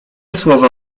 słowa